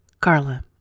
carla